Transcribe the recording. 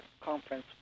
conference